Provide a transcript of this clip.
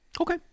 Okay